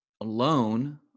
alone